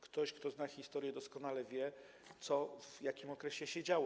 Ktoś, kto zna historię, doskonale wie, co w jakim okresie się działo.